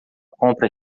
compra